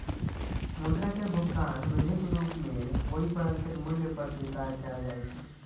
मुद्रा कें भुगतान विधिक रूप मे ओइ पर अंकित मूल्य पर स्वीकार कैल जाइ छै